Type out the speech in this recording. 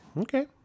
Okay